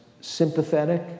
sympathetic